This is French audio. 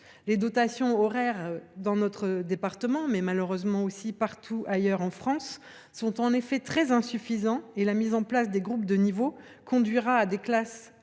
Les dotations horaires dans mon département – mais c’est malheureusement le cas partout ailleurs en France – sont en effet très insuffisantes et la mise en place des groupes de niveau conduira à des classes surchargées